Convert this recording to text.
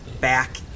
back